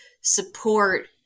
support